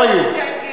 גם היו.